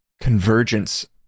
convergence